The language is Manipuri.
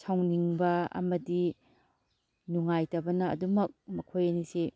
ꯁꯥꯎꯅꯤꯡꯕ ꯑꯃꯗꯤ ꯅꯨꯡꯉꯥꯏꯇꯕꯅ ꯑꯗꯨꯝꯃꯛ ꯃꯈꯣꯏ ꯑꯅꯤꯁꯤ